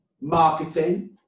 marketing